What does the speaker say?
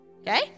Okay